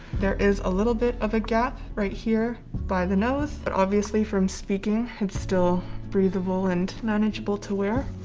there is a little bit of a gap right here by the nose but obviously from speaking it's still breathable and manageable to wear